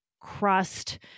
crust